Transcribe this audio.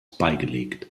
beigelegt